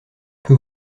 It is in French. peu